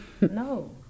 No